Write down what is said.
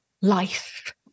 life